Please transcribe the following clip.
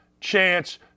chance